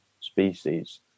species